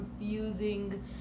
confusing